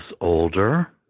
older